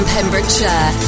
Pembrokeshire